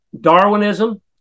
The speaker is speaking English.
Darwinism